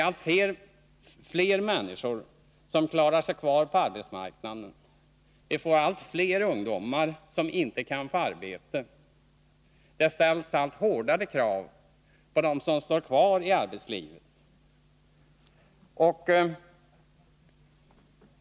Allt färre människor klarar sig kvar på arbetsmarknaden, allt fler ungdomar kan inte få arbete. Det ställs allt hårdare krav på dem som står kvar i arbetslivet.